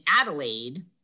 Adelaide